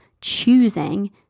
choosing